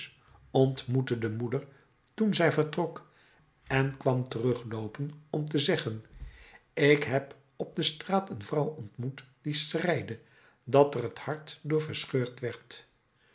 ontmoette de moeder toen zij vertrok en kwam terugloopen om te zeggen ik heb op de straat een vrouw ontmoet die schreide dat er t hart door verscheurd